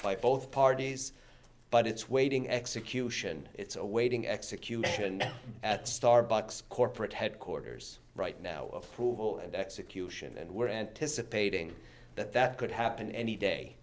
by both parties but it's waiting execution it's awaiting execution at starbucks corporate headquarters right now approval and execution and we're anticipating that that could happen any day